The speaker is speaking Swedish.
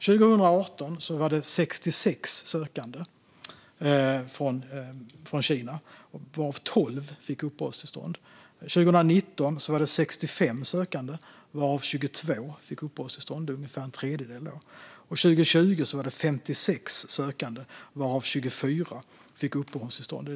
År 2018 var det 66 sökande från Kina, varav 12 fick uppehållstillstånd. År 2019 var det 65 sökande, varav 22 fick uppehållstillstånd - alltså ungefär en tredjedel. År 2020 var det 56 sökande, varav 24 - alltså knappt hälften - fick uppehållstillstånd.